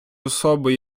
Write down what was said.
особи